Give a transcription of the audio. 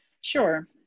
Sure